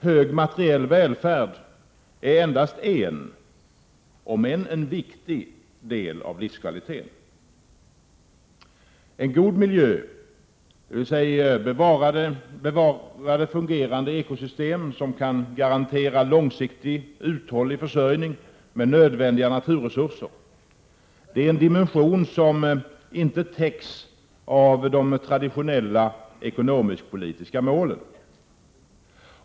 Hög materiell välfärd är endast en — om än viktig — del i livskvaliteten. En god miljö — bevarade fungerande ekosystem som kan garantera långsiktigt en uthållig försörjning med nödvändiga naturresurser — är en dimension som inte täcks av de traditionella ekonomisk-politiska målen.